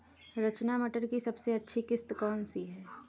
रचना मटर की सबसे अच्छी किश्त कौन सी है?